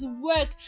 work